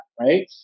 right